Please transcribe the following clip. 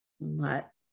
Let